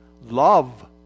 love